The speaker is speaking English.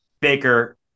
Baker